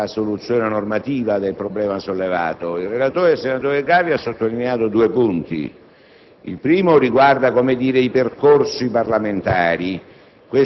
alla soluzione normativa del problema sollevato. Il relatore, senatore Calvi, ha sottolineato due punti: il primo riguarda i percorsi parlamentari.